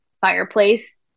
fireplace